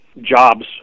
jobs